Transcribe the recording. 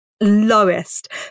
lowest